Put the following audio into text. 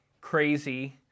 crazy